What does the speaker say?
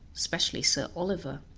especially sir oliver,